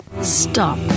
stop